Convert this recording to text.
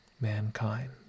mankind